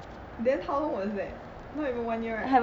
then how long was that not even one year right